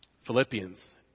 Philippians